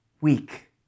weak